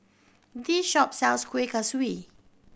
this shop sells Kueh Kaswi